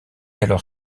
alors